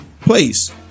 Please